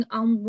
on